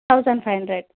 thousand five hundred